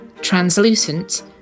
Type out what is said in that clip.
translucent